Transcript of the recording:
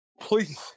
Please